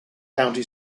county